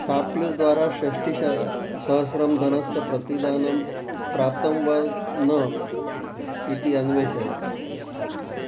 ShopClues द्वारा षष्टिसहस्रं धनस्य प्रतिदानं प्राप्तं वा न इति अन्वेषय